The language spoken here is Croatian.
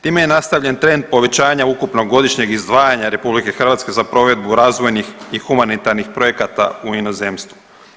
Time je nastavljen trend povećanja ukupnog godišnjeg izdvajanja RH za provedbu razvojnih i humanitarnih projekata u inozemstvu.